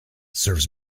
serves